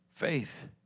Faith